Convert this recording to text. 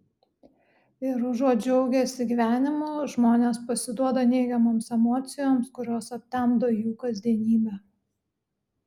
ir užuot džiaugęsi gyvenimu žmonės pasiduoda neigiamoms emocijoms kurios aptemdo jų kasdienybę